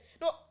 No